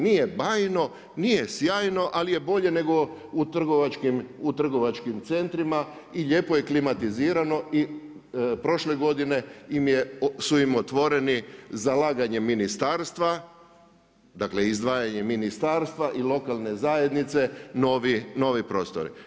Nije bajno, nije sjajno ali je bolje nego u trgovačkim centrima i lijepo je klimatizirano i prošle godine su im otvoreni zalaganjem ministarstva dakle izdvajanjem ministarstva i lokalne zajednice novi prostori.